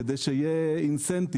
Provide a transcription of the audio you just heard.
כדי שיהיה תמריץ.